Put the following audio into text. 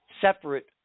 separate